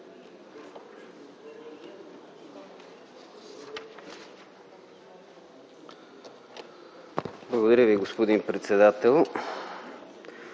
Благодаря Ви, господин председател.